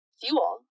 fuel